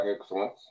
excellence